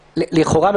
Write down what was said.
לכאורה,